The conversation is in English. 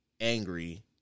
angry